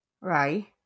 right